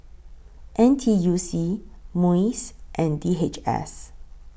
N T U C Muis and D H S